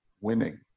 winning